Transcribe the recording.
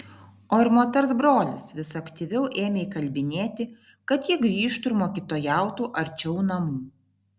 o ir moters brolis vis aktyviau ėmė įkalbinėti kad jie grįžtų ir mokytojautų arčiau namų